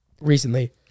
recently